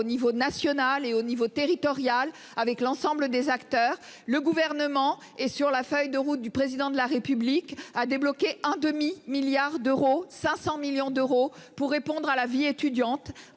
au niveau national et au niveau territorial avec l'ensemble des acteurs. Le gouvernement est sur la feuille de route du président de la République a débloqué un demi-milliard d'euros, 500 millions d'euros pour répondre à la vie étudiante